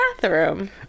bathroom